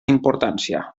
importància